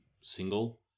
single